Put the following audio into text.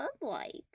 sunlight